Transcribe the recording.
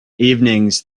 evenings